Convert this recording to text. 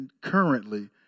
currently